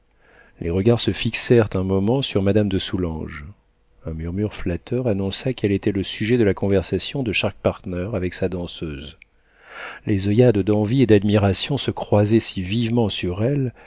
les regards se fixèrent un moment sur madame de soulanges un murmure flatteur annonça qu'elle était le sujet de la conversation de chaque partner avec sa danseuse les oeillades d'envie et d'admiration se croisaient si vivement sur elle